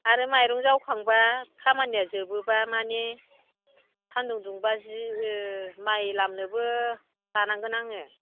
आरो माइरं जावखांबा खामानिया जोबोबा माने सान्दुं दुंबा जि माइ लामनोबो लानांगोन आङो